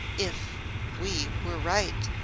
if we were right!